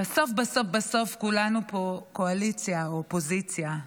בסוף בסוף, כולנו פה, קואליציה או אופוזיציה,